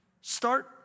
start